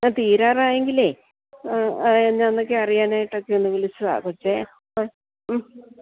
ആ തീരാറായെങ്കിലേ എന്നാന്നൊക്കെ അറിയാനായിട്ടൊക്കെ ഒന്നു വിളിച്ചതാണു കൊച്ചേ ആ ഉം